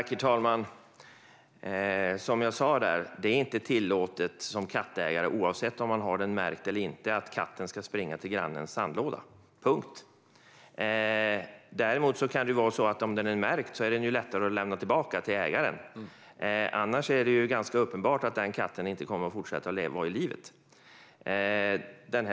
Herr talman! Som jag sa är det inte tillåtet för kattägare att låta katten springa till grannens sandlåda, oavsett om den är märkt eller inte. Punkt. Men är den märkt är den lättare att lämna tillbaka till ägaren, och annars är det ganska uppenbart att katten inte kommer att fortsätta leva.